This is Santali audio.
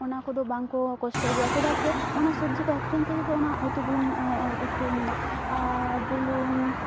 ᱚᱱᱟ ᱠᱚᱫᱚ ᱵᱟᱝ ᱠᱚ ᱠᱚᱥᱴᱚᱜ ᱜᱮᱭᱟ ᱪᱮᱫᱟᱜ ᱥᱮ ᱚᱱᱟ ᱥᱚᱵᱡᱤ ᱠᱚ ᱟᱠᱷᱨᱤᱧ ᱛᱮᱜᱮ ᱛᱚ ᱚᱱᱟ ᱩᱛᱩ ᱵᱩᱞᱩᱝ ᱩᱛᱩ ᱵᱩᱞᱩᱝ